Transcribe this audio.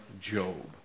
Job